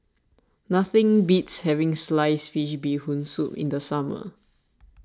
nothing beats having Sliced Fish Bee Hoon Soup in the summer